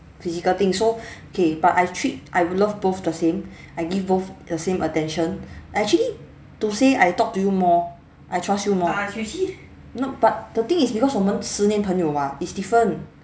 physical thing so okay but I treat I love both the same I give both the same attention actually to say I talk to you more I trust you more no but the thing is because 我们十年朋友 [what] is different